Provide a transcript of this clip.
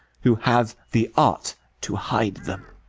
who hath the art to hide them.